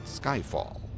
Skyfall